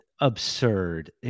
absurd